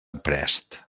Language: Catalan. prest